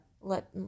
let